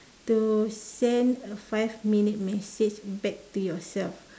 to send a five minute message back to yourself